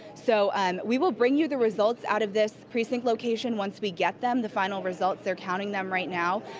so um we will bring you the results out of this precinct location once we get the final results. they are counting them right now.